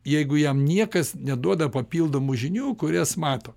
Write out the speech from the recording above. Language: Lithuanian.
jeigu jam niekas neduoda papildomų žinių kurias mato